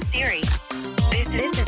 Siri